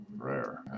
rare